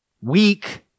weak